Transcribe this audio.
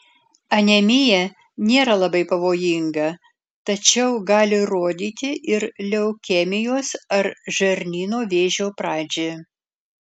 anemija nėra labai pavojinga tačiau gali rodyti ir leukemijos ar žarnyno vėžio pradžią